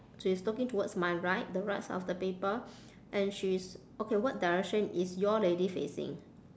she's looking towards my right the right side of the paper and she's okay what direction is your lady facing